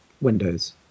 windows